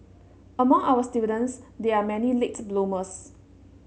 among our students there are many late bloomers